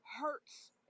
hurts